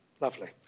Lovely